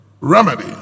remedy